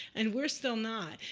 and we're still not.